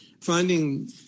Finding